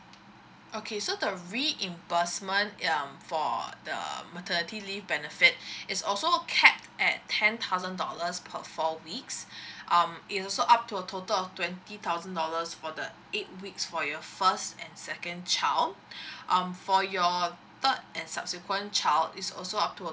okay so the reimbursement um for the maternity leave benefit is also capped at ten thousand dollars per four weeks um it is also up to a total of twenty thousand dollars for the eight weeks for your first and second child um for your third and subsequent child it's also up to a